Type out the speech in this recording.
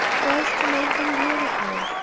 first to make them beautiful.